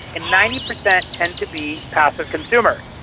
and ninety percent tends to be passive consumers.